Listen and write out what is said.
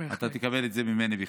אתה תקבל את זה ממני בכתב.